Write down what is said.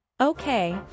okay